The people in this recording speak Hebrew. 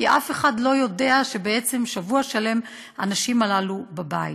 כי אף אחד לא יודע ששבוע שלם האנשים הללו בבית.